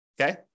Okay